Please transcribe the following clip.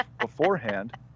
beforehand